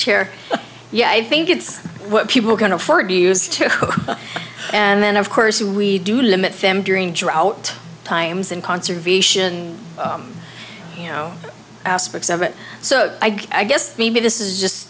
chair yeah i think it's what people can afford to use to and then of course we do limit them during drought times and conservation you know aspects of it so i guess maybe this is just